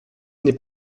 n’est